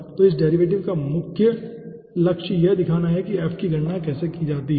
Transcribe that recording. तो इस डेरिवेटिव का मुख्य लक्ष्य यह दिखाना है कि f की गणना कैसे की जा सकती है